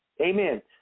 Amen